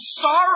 sorrow